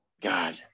God